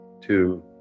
two